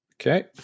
Okay